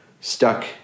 stuck